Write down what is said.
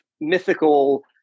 mythical